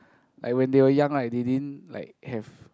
like when they were young right they didn't like have